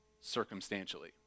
circumstantially